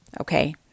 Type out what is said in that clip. Okay